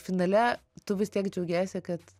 finale tu vis tiek džiaugiesi kad